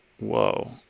whoa